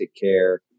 care